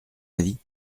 avis